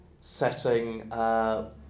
setting